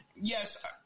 Yes